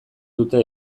dute